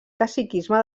caciquisme